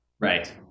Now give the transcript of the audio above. right